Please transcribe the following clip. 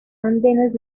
andenes